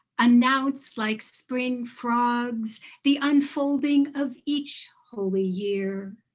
announce like spring frogs the unfolding of each holy year.